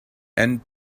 and